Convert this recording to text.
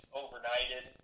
overnighted